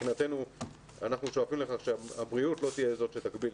מבחינתנו אנחנו שואפים לכך שהבריאות לא תהיה זאת שתגביל.